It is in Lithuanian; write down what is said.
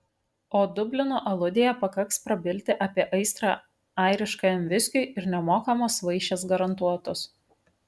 o dublino aludėje pakaks prabilti apie aistrą airiškajam viskiui ir nemokamos vaišės garantuotos